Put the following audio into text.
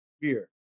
beer